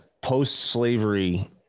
post-slavery